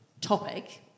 topic